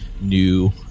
new